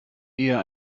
eher